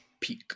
peak